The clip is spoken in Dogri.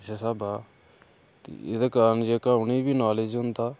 इस्सै स्हाबै दा एह्दे कारण जेह्का उ'नें बी नालेज होंदा